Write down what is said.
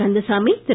Kandasamy Thiru